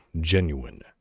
genuine